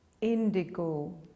indigo